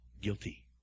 guilty